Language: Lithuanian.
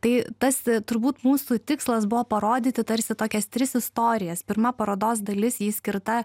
tai tas turbūt mūsų tikslas buvo parodyti tarsi tokias tris istorijas pirma parodos dalis ji skirta